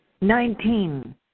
Nineteen